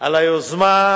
על היוזמה.